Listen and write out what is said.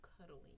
cuddling